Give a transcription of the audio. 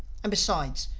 and besides,